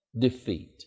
defeat